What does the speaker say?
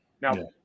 Now